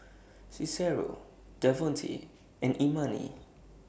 Cicero Davonte and Imani